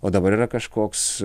o dabar yra kažkoks